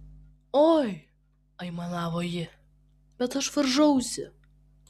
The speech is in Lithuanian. oi aimanavo ji bet aš varžausi